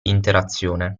interazione